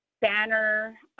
Banner